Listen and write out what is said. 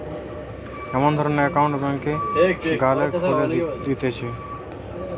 এমন ধরণের একউন্ট ব্যাংকে গ্যালে খুলে দিতেছে